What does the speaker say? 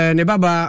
Nebaba